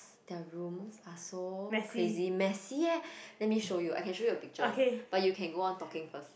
their room are so crazy messy eh let me show you I can show you a picture but you can go on talking first